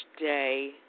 day